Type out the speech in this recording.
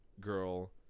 girl